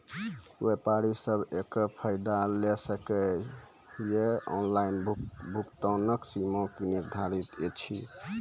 व्यापारी सब एकरऽ फायदा ले सकै ये? ऑनलाइन भुगतानक सीमा की निर्धारित ऐछि?